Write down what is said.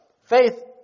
Faith